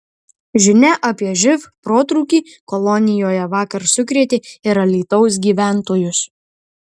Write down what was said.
žinia apie živ protrūkį kolonijoje vakar sukrėtė ir alytaus gyventojus